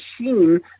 machine